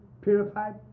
purified